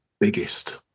biggest